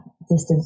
distance